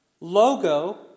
Logo